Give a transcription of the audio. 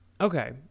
Okay